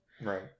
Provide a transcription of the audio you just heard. right